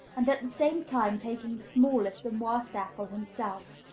and at the same time taking the smallest and worst apple himself.